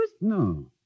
No